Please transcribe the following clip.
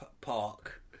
park